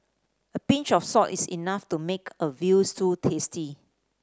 a pinch of salt is enough to make a veal stew tasty